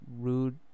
rude